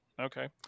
okay